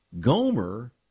Gomer